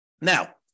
Now